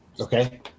Okay